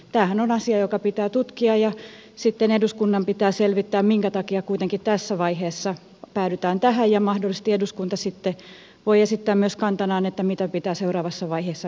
tämähän on asia joka pitää tutkia ja sitten eduskunnan pitää selvittää minkä takia kuitenkin tässä vaiheessa päädytään tähän ja mahdollisesti eduskunta sitten voi esittää myös kantanaan mitä pitää seuraavassa vaiheessa tehdä